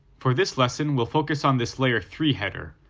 for this lesson, we'll focus on this layer three header,